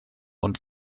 und